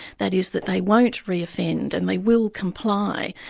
that is, that they won't reoffend and they will comply,